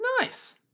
nice